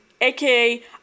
aka